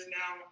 now